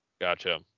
Gotcha